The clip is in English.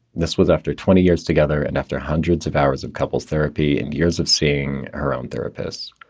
this was after twenty years together and after hundreds of hours of couples therapy and years of seeing her own therapists.